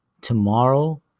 Tomorrow